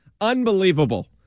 Unbelievable